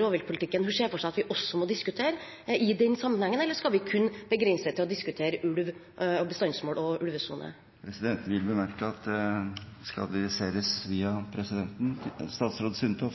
rovviltpolitikken hun ser for seg at vi også må diskutere i den sammenhengen, eller skal vi kun begrense det til å diskutere ulv, bestandsmål og ulvesone. Presidenten vil bemerke at all tale skal adresseres via presidenten.